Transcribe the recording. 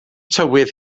tywydd